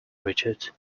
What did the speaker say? richard